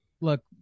look